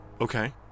Okay